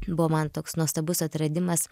buvo man toks nuostabus atradimas